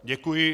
Děkuji.